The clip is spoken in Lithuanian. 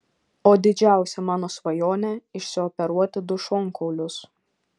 o didžiausia mano svajonė išsioperuoti du šonkaulius